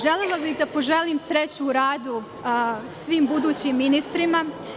Želela bih da poželim sreću u radu svim budućim ministrima.